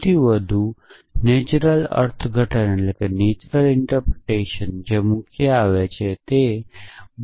સૌથી વધુ સારું અર્થઘટન જે આ અર્થઘટન પછી આવે છે તે છે